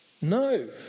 No